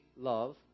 love